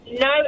no